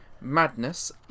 madness